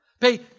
Pay